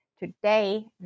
today